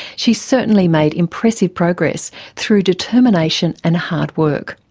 she's certainly made impressive progress through determination and hard work.